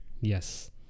Yes